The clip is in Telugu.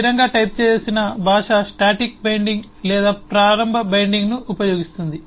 స్థిరంగా టైప్ చేసిన భాష స్టాటిక్ బైండింగ్ లేదా ప్రారంభ బైండింగ్ను ఉపయోగిస్తుంది